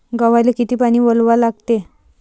गव्हाले किती पानी वलवा लागते?